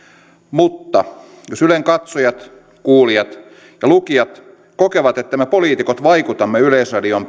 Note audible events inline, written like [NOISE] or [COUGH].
mutta jos ylen katsojat kuulijat ja lukijat kokevat että me poliitikot vaikutamme yleisradion [UNINTELLIGIBLE]